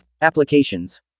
Applications